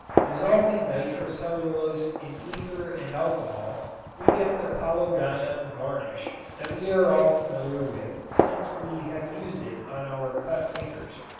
dissolving nitrocellulose in ether and alcohol we get the collodion varnish that we are all familiar with since we have used it on our cut fingers.